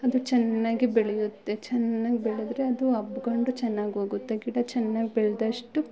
ಅದು ಚೆನ್ನಾಗಿ ಬೆಳೆಯುತ್ತೆ ಚೆನ್ನಾಗ್ ಬೆಳೆದರೆ ಅದು ಹಬ್ಗೊಂಡು ಚೆನ್ನಾಗೋಗುತ್ತೆ ಗಿಡ ಚೆನ್ನಾಗ್ ಬೆಳೆದಷ್ಟು